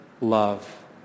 love